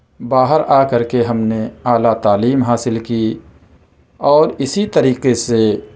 باہر آ کر کے ہم نے اعلیٰ تعلیم حاصل کی اور اِسی طریقے سے